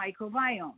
microbiome